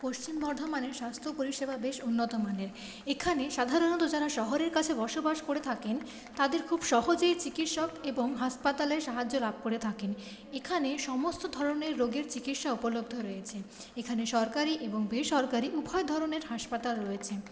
পশ্চিম বর্ধমানের স্বাস্থ্য পরিষেবা বেশ উন্নত মানের এখানে সাধারনত যারা শহরের কাছে বসবাস করে থাকেন তাঁদের খুব সহজেই চিকিৎসক এবং হাসপাতালের সাহায্য লাভ করে থাকেন এখানে সমস্ত ধরনের রোগের চিকিৎসা উপলব্ধ রয়েছে এখানে সরকারি এবং বেসরকারি উভয় ধরনের হাসপাতাল রয়েছে